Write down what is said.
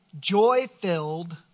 Joy-filled